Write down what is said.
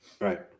right